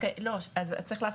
לא, אז צריך להפריד.